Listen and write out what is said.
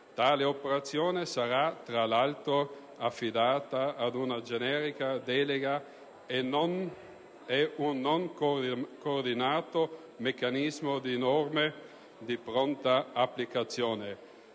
Tale operazione sarà, tra l'altro, affidata ad una generica delega e non ad un coordinato meccanismo di norme di pronta applicazione.